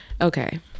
Okay